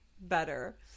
better